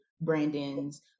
Brandon's